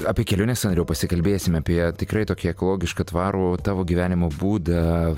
apie keliones andriau pasikalbėsime apie tikrai tokį ekologišką tvarų tavo gyvenimo būdą